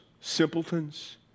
simpletons